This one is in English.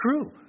true